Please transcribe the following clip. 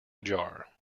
ajar